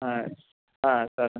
సరే